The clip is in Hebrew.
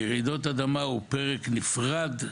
מפני שרעידות אדמה הוא פרק נפרד.